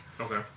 Okay